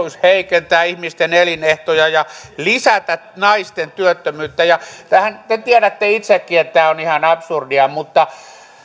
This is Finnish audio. haluaisi heikentää ihmisten elinehtoja ja lisätä naisten työttömyyttä te tiedätte itsekin että on ihan absurdia